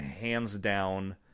hands-down